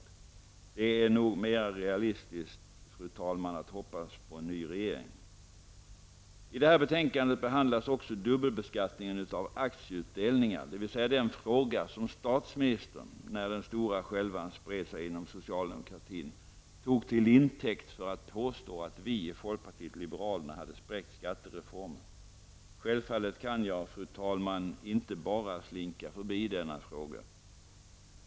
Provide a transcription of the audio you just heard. Fru talman, det är nog mer realistiskt att hoppas på en ny regering. I det här betänkandet behandlas också dubbebeskattningen av aktieutdelningar, dvs. den fråga som statsministern, när den stora skälvan spred sig inom socialdemokratin, tog till intäkt för att påstå att vi i folkpartiet liberalerna hade spräckt skattereformen. Självfallet kan jag, fru talman, inte bara slinka förbi denna fråga.